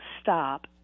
stop